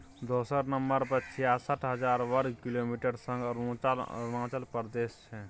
दोसर नंबर पर छियासठ हजार बर्ग किलोमीटरक संग अरुणाचल प्रदेश छै